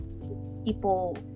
People